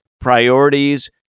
priorities